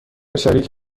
شریک